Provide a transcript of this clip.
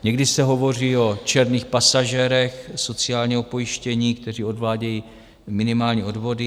Někdy se hovoří o černých pasažérech sociálního pojištění, kteří odvádějí minimální odvody.